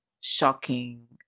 shocking